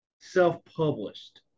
self-published